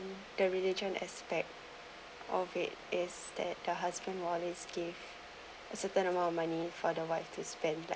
the religion aspect of it is that the husband always give a certain amount of money for the wife to spend